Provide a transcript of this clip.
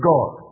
God